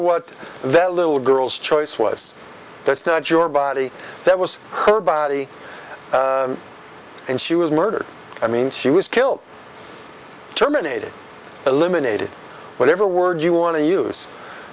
what that little girl's choice was that's not your body that was her body and she was murdered i mean she was killed terminated eliminated whatever word you want to use